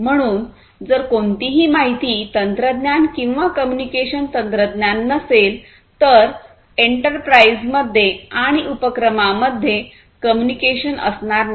म्हणून जर कोणतीही माहिती तंत्रज्ञान किंवा कम्युनिकेशन तंत्रज्ञान नसेल तर एंटरप्राइझमध्ये आणि उपक्रमांमध्ये कम्युनिकेशन असणार नाही